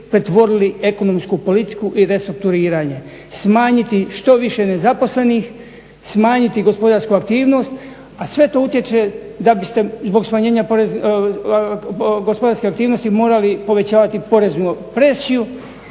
pretvorili ekonomsku politiku i restrukturiranje, smanjiti što više nezaposlenih, smanjiti gospodarsku aktivnost, a sve to utječe da biste zbog smanjenja gospodarske aktivnosti morali povećavati poreznu presiju